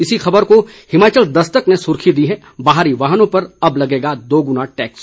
इसी ख़बर को हिमाचल दस्तक ने सुर्खी दी है बाहरी वाहनों पर अब लगेगा दोगुना टैक्स